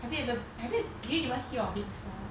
have you ever have you do you ever hear of it before